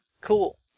Cool